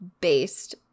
based